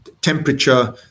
temperature